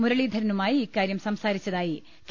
മുരളീധര നുമായി ഇക്കാര്യം സംസാരിച്ചതായി കെ